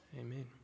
Amen